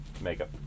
Makeup